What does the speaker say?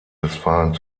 westfalen